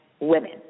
women